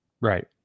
Right